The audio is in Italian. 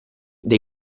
dei